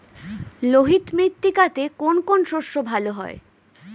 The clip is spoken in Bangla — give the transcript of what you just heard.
লোহিত মৃত্তিকাতে কোন কোন শস্য ভালো হয়?